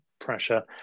pressure